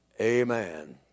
Amen